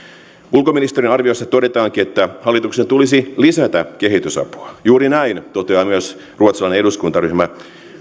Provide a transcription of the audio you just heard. ulkoministeriön arviossa todetaankin että hallituksen tulisi lisätä kehitysapua juuri näin toteaa myös ruotsalainen eduskuntaryhmä